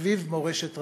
סביב מורשת רבין,